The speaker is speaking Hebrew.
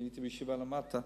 והייתי בישיבה למטה,